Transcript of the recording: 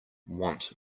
want